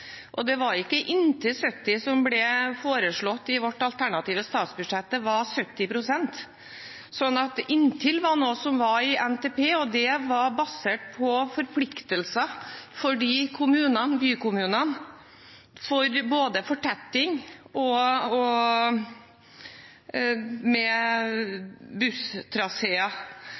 og det var ikke «inntil 70 pst.» som ble foreslått i vårt alternative statsbudsjett, det var 70 pst. «Inntil 70 pst.» var i forbindelse med NTP, og det var basert på forpliktelser for de kommunene, bykommunene, for fortetting og med busstraseer.